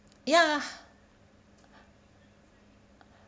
ya